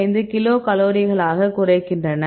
5 கிலோகலோரிகளாக குறைக்கின்றன